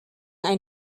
ein